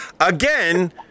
Again